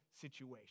situation